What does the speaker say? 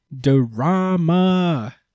Drama